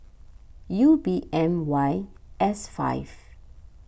U B M Y S five